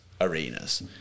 arenas